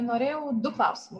norėjau du klausimų